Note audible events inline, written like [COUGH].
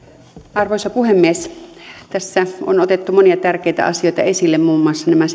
arvoisa puhemies tässä on otettu monia tärkeitä asioita esille muun muassa nämä [UNINTELLIGIBLE]